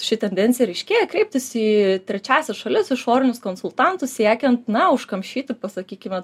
ši tendencija ryški kreiptis į trečiąsias šalis išorinius konsultantus tiekiant na užkamšyti pasakykime